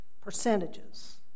percentages